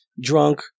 drunk